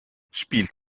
spielt